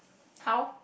how